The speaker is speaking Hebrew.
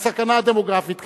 הסכנה הדמוגרפית,